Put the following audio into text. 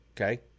Okay